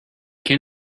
can